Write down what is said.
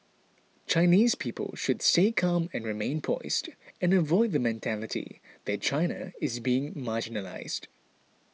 Chinese people should stay calm and remain poised and avoid the mentality that China is being marginalised